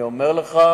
אני אומר לך